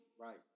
Right